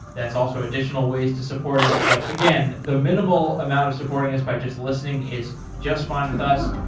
that's also additional ways to support us. but again, the minimal amount of supporting us by just listening is just fine with us.